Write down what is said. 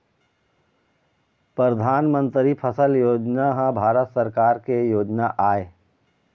परधानमंतरी फसल बीमा योजना ह भारत सरकार के योजना आय